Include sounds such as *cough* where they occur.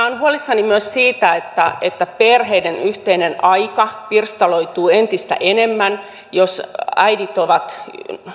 *unintelligible* olen huolissani myös siitä että että perheiden yhteinen aika pirstaloituu entistä enemmän jos äidit